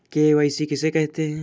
KYC किसे कहते हैं?